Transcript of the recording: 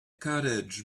cottage